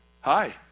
Hi